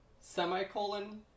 semicolon